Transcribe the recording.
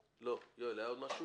יואל, היה משהו?